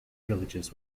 villages